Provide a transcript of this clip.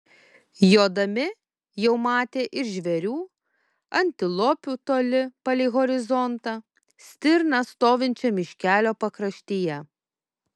jodami jau matė ir žvėrių antilopių toli palei horizontą stirną stovinčią miškelio pakraštyje